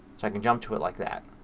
so i can jump to it like that.